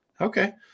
okay